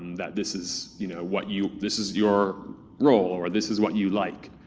that this is you know what you. this is your role, or this is what you like,